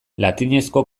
latinezko